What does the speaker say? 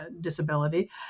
disability